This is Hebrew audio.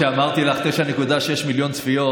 כשאמרתי לך 9.6 מיליון צפיות,